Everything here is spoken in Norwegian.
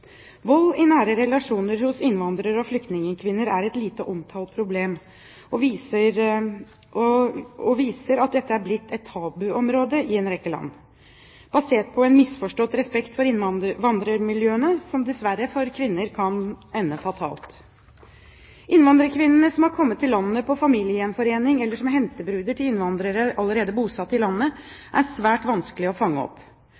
Vold i nære relasjoner hos innvandrer- og flyktningkvinner er et lite omtalt problem, og det viser seg at dette er blitt et tabuområde i en rekke land, basert på en misforstått respekt for innvandrermiljøene, som dessverre for kvinner kan ende fatalt. Innvandrerkvinnene som har kommet til landet på familiegjenforening eller som hentebruder til innvandrere allerede bosatt i landet, er svært vanskelige å fange opp.